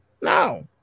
No